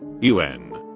un